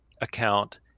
account